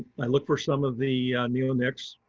i look for some of the neonics.